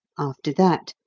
after that,